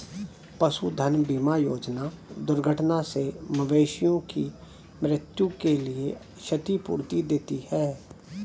पशुधन बीमा योजना दुर्घटना से मवेशियों की मृत्यु के लिए क्षतिपूर्ति देती है